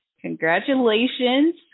Congratulations